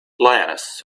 lioness